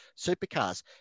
supercars